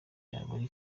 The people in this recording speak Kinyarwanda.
yabura